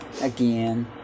again